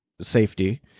safety